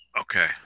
Okay